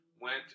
went